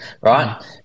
right